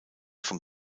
von